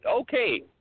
okay